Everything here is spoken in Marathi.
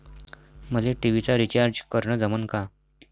मले टी.व्ही चा रिचार्ज करन जमन का?